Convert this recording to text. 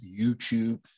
youtube